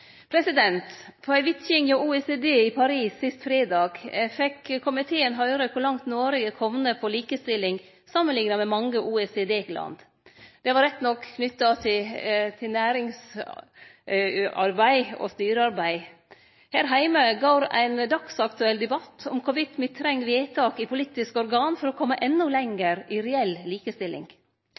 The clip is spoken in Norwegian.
På ei vitjing hjå OECD i Paris sist fredag fekk komiteen høyre kor langt Noreg har kome når det gjeld likestilling, samanlikna med mange OECD-land. Det var rett nok knytt til næringsarbeid og styrearbeid. Her heime går ein dagsaktuell debatt om me treng vedtak i politiske organ for å kome endå lenger i reell likestilling.